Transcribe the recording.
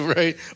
right